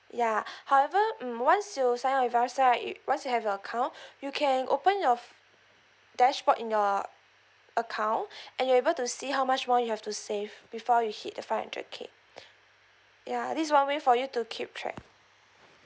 ya however mm once you sign up with us right once you have your account you can open your dashboard in your uh account and you're able to see how much more you have to save before you hit the five hundred K ya this one way for you to keep track